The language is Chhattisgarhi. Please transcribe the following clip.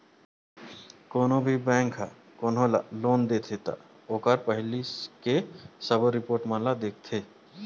कोनो भी बेंक ह कोनो ल लोन देथे त ओखर पहिली के सबो रिपोट मन ल देखथे